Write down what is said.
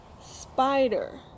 spider